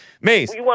Maze